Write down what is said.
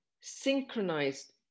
synchronized